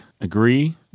agree